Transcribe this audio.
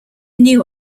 new